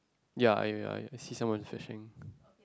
ya I I see someone fishing